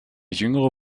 jüngere